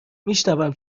میشونم